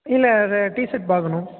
இல்லை அது T shirt பார்க்கணும்